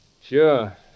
Sure